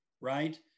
right